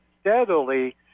steadily